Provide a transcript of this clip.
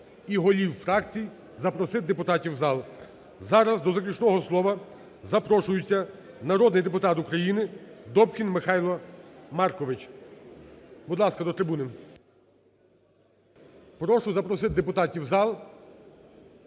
і голів фракцій запросити депутатів у зал. Зараз до заключного слова запрошується народний депутат України Добкін Михайло Маркович. Будь ласка, до трибуни. Прошу запросити депутатів у зал,